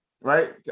right